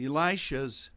Elisha's